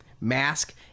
mask